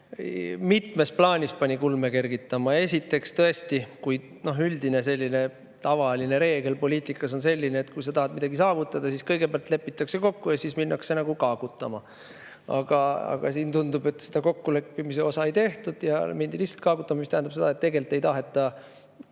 mitmes plaanis pani kulme kergitama. Esiteks, tõesti, üldine reegel poliitikas on selline, et kui sa tahad midagi saavutada, siis kõigepealt lepitakse kokku ja siis minnakse kaagutama. Aga siin tundub, et seda kokkuleppimise osa ei tehtud ja mindi lihtsalt kaagutama, mis tähendab seda, et tegelikult ei taheta